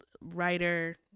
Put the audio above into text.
writer